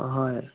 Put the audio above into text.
হয়